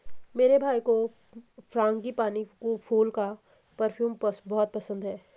मेरे भाई को फ्रांगीपानी फूल का परफ्यूम बहुत पसंद है